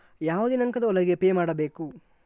ಯಾವ ದಿನಾಂಕದ ಒಳಗೆ ಪೇ ಮಾಡಬೇಕು?